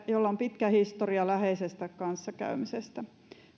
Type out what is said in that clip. jolla on pitkä historia läheisessä kanssakäymisessä